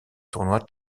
tournoi